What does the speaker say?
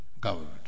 government